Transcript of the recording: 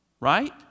right